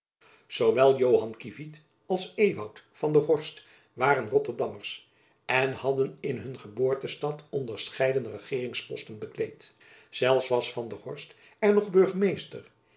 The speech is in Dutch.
joan kievit als ewout van der horst waren rotterdammers en hadden in hun geboortestad onderscheiden regeeringposten bekleed zelfs was jacob van lennep elizabeth musch van der horst er nog burgemeester